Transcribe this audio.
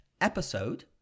episode